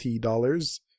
dollars